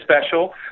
special